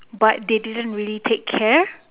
but they didn't really take care